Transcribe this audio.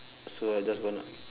so I just gonna